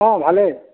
অ' ভালেই